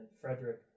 Frederick